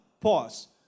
Pause